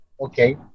okay